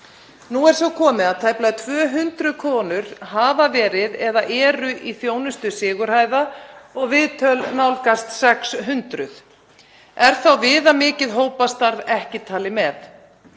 Nú er svo komið að tæplega 200 konur hafa verið eða eru í þjónustu Sigurhæða og viðtöl nálgast 600. Er þá viðamikið hópastarf ekki talið með.